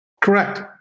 correct